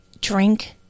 drink